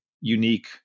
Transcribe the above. unique